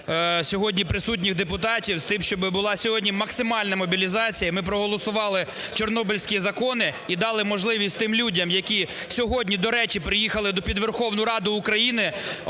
сьогодні присутніх депутатів з тим, щоби була сьогодні максимальна мобілізація, ми проголосували Чорнобильські закони і дали можливість тим людям, які сьогодні, до речі, приїхали під Верховну Раду України,